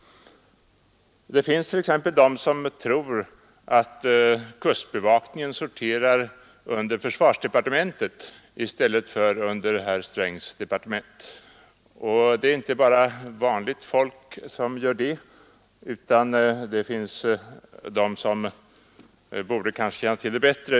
Det finns t.ex. de som tror att kustbevakningen sorterar under försvarsdepartementet i stället för under herr Strängs departement. Det är inte bara s.k. vanligt folk som gör detta utan även personer i kanslihuset som kanske borde känna till det bättre.